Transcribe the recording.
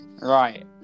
Right